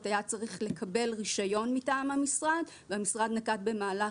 היה צריך לקבל רישיון מטעם המשרד והמשרד נקט במהלך